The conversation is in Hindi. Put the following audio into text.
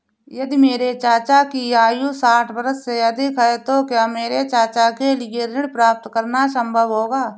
यदि मेरे चाचा की आयु साठ वर्ष से अधिक है तो क्या मेरे चाचा के लिए ऋण प्राप्त करना संभव होगा?